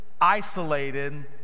isolated